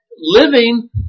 living